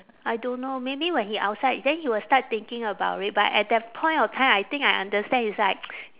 I don't know maybe when he outside then he will start thinking about it but at that point of time I think I understand it's like